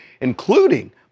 including